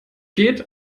geht